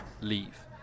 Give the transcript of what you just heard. leave